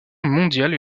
mondiale